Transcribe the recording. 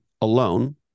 alone